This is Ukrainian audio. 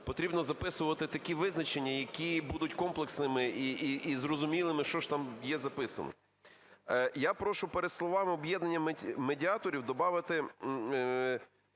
потрібно записувати такі визначення, які будуть комплексними і зрозумілими, що ж там є записано. Я прошу перед словами "об'єднання медіаторів" добавити